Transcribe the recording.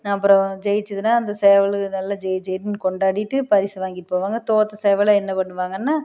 அப்புறம் ஜெயிச்சுதுன்னா அந்த சேவல் நல்லா ஜே ஜேன்னு கொண்டாடிவிட்டு பரிசு வாங்கிகிட்டு போவாங்க தோற்ற சேவலை என்ன பண்ணுவாங்கன்னா